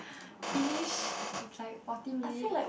finish like forty minutes